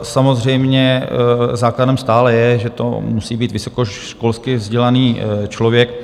Samozřejmě základem stále je, že to musí být vysokoškolsky vzdělaný člověk.